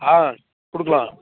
ஆ கொடுக்கலாம்